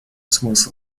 смысл